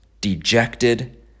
dejected